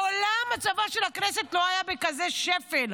מעולם מצבה של הכנסת לא היה בכזה שפל,